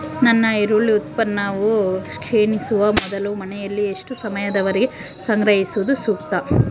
ನನ್ನ ಈರುಳ್ಳಿ ಉತ್ಪನ್ನವು ಕ್ಷೇಣಿಸುವ ಮೊದಲು ಮನೆಯಲ್ಲಿ ಎಷ್ಟು ಸಮಯದವರೆಗೆ ಸಂಗ್ರಹಿಸುವುದು ಸೂಕ್ತ?